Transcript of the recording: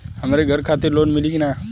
हमरे घर खातिर लोन मिली की ना?